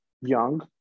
young